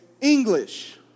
English